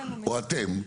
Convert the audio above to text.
או אתם,